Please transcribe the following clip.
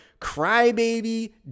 crybaby